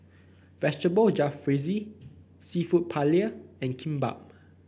Vegetable Jalfrezi seafood Paella and Kimbap